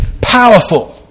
powerful